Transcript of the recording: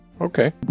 Okay